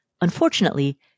Unfortunately